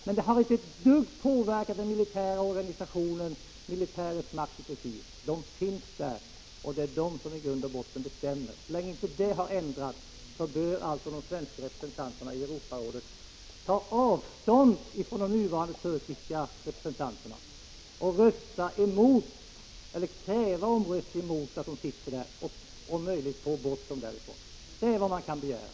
Men detta har inte ett dugg påverkat den militära organisationen eller minskat militärens makt i Turkiet. Militärerna finns där, och det är de som i grund och botten bestämmer. Så länge detta inte har ändrats, bör alltså de svenska representanterna i Europarådet ta avstånd från de nuvarande turkiska representanterna och kräva omröstning om deras närvaro i rådet för att om möjligt få bort dem därifrån. Det är vad man kan begära.